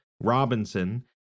Robinson